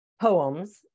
poems